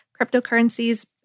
cryptocurrencies